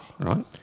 Right